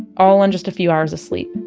all on just a few hours of sleep